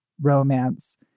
romance